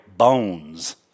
Bones